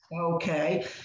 Okay